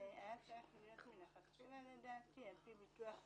היה צריך להיות מלכתחילה לדעתי על פי ביטוח לאומי,